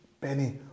Benny